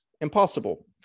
impossible